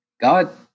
God